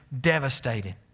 Devastated